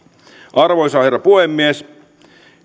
arvoisa herra puhemies